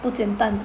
不简单